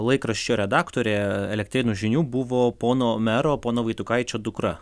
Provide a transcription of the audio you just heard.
laikraščio redaktorė elektrėnų žinių buvo pono mero pono vaitukaičio dukra